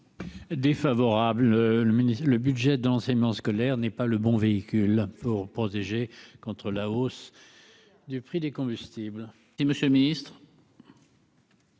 ministère, le budget d'enseignement scolaire n'est pas le bon véhicule pour protéger contre la hausse du prix des combustibles et monsieur Ministre.